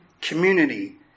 community